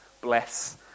bless